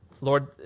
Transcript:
Lord